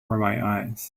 eyes